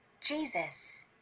Jesus